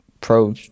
pro